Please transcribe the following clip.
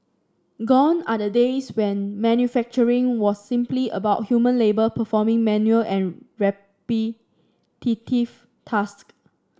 gone are the days when manufacturing was simply about human labour performing menial and repetitive task